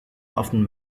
often